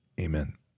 amen